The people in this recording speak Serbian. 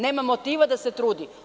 Nema motiva da se trudi.